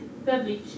public